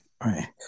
right